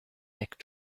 back